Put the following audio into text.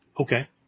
Okay